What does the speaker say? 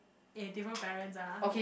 eh different parents ah